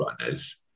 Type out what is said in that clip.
runners